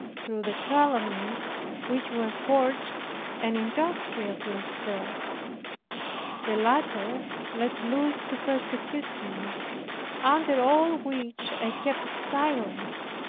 through the calumnies which were forged and industriously spread the latter let loose to persecute me under all which i kept silence,